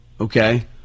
okay